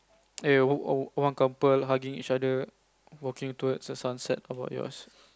eh one couple hugging each other walking towards the sunset how about yours